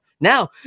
Now